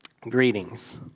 Greetings